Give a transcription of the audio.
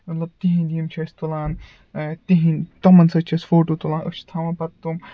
مطلب تِہٕنٛدۍ یِم چھِ أسۍ تُلان تِہٕنٛدۍ تِمَن سۭتۍ چھِ أسۍ فوٹوٗ تُلان أسۍ چھِ تھاوان پَتہٕ تِم